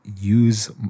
Use